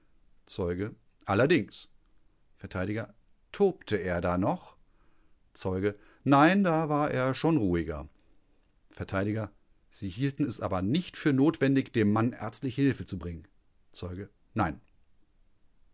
zeuge allerdings vert tobte er da noch zeuge nein da war er schon ruhiger vert sie hielten es aber nicht für notwendig dem mann ärztliche hilfe zu bringen zeuge nein